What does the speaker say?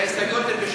ההסתייגויות הן,